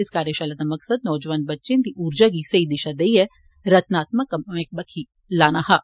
इस कार्यशाला दा मकसद नौजवान बच्चें दी ऊर्जा गी सेई दिशा देइए रचनात्मक कम्में बक्खी लाना हा